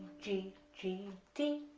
g, g, d,